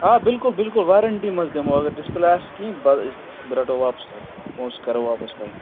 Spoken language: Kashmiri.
آ بِلکُل بِلکُل وارَنٛٹی منٛز دِمو اگر ڈِسپٕلیے آسہِ کِہیٖںٛی بہ بہٕ رَٹو واپَس تۄہہِ پوٚنٛسہٕ کَرو واپَس تۄہہِ